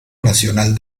nacional